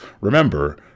remember